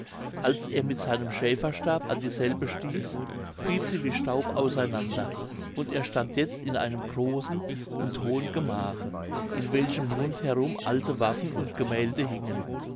als er mit seinem schäferstab an dieselbe stieß fiel sie wie staub auseinander und er stand jetzt in einem großen und hohen gemache in welchem rund herum alte waffen und gemälde hingen